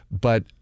but-